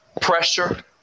pressure